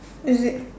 is it